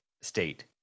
state